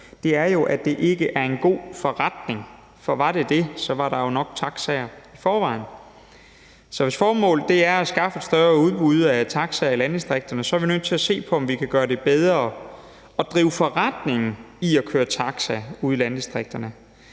Det er, fordi det ikke er en god forretning, for var det det, var der jo nok taxaer i forvejen. Så hvis formålet er at skaffe et større udbud af taxaer i landdistrikterne, er vi nødt til at se på, om vi kan gøre det bedre at drive forretning med at køre taxa ude i landdistrikterne.